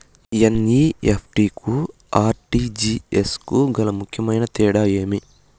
NEFT కు RTGS కు గల ముఖ్యమైన తేడా ఏమి?